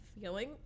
feeling